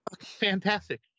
Fantastic